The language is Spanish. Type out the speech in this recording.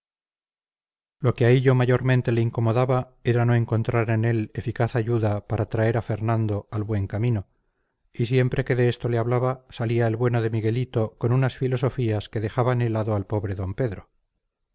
lo que a hillo mayormente le incomodaba era no encontrar en él eficaz ayuda para traer a fernando al buen camino y siempre que de esto le hablaba salía el bueno de miguelito con unas filosofías que dejaban helado al pobre d pedro